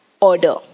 order